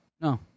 No